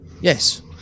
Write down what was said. Yes